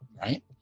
right